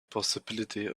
possibility